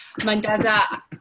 Mandaza